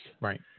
Right